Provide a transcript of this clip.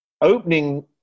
opening